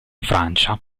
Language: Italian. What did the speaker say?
francia